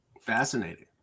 Fascinating